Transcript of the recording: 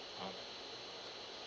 uh